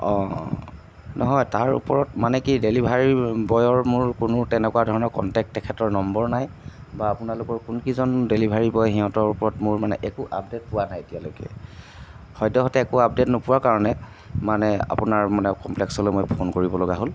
অঁ অঁ নহয় তাৰ ওপৰত মানে কি ডেলিভাৰ বয়ৰ মোৰ কোনো তেনেকুৱা ধৰণৰ কণ্টেক তেখেতৰ নম্বৰ নাই বা আপোনালোকৰ কোনকেইজন ডেলিভাৰী বয় সিহঁতৰ ওপৰত মোৰ মানে একো আপডেট পোৱা নাই এতিয়ালৈকে সদ্যহতে একো আপডেট নোপোৱাৰ কাৰণে মানে আপোনাৰ মানে কম্প্লেক্সলৈ মই ফোন কৰিবলগা হ'ল